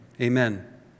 amen